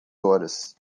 horas